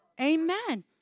amen